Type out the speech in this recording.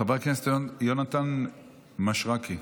חבר הכנסת יונתן מישרקי.